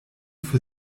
für